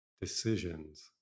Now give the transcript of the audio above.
decisions